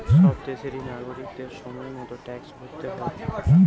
সব দেশেরই নাগরিকদের সময় মতো ট্যাক্স ভরতে হয়